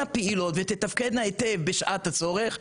פעילות ותתפקדנה היטב בשעת הצורך,